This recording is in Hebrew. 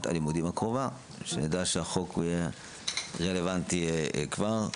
הלימודים הקרובה כדי שנדע שהחוק רלוונטי כבר.